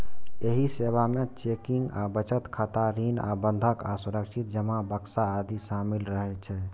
एहि सेवा मे चेकिंग आ बचत खाता, ऋण आ बंधक आ सुरक्षित जमा बक्सा आदि शामिल रहै छै